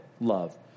love